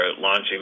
launching